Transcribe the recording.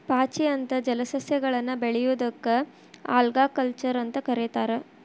ಪಾಚಿ ಅಂತ ಜಲಸಸ್ಯಗಳನ್ನ ಬೆಳಿಯೋದಕ್ಕ ಆಲ್ಗಾಕಲ್ಚರ್ ಅಂತ ಕರೇತಾರ